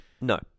No